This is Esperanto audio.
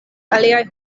aliaj